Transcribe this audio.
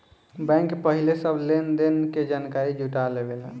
bank पहिले सब लेन देन के जानकारी जुटा लेवेला